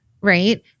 right